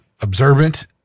observant